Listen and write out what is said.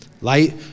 Light